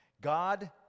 God